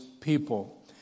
people